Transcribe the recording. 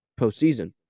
postseason